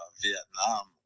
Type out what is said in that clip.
Vietnam